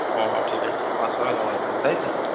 ও ঠিক আছে ঠিক আছে পাঁচশো টাকা জমা দিতে হবে তাই তো